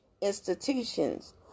institutions